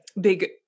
big